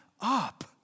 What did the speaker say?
up